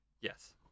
Yes